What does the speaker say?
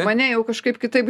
mane jau kažkaip kitaip